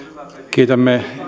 kiitämme